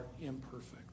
imperfect